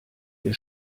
ihr